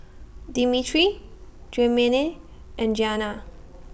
Dimitri Tremayne and Giana